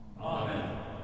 Amen